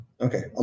Okay